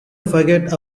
forget